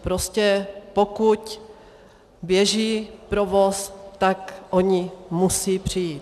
Prostě pokud běží provoz, tak oni musí přijít.